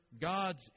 gods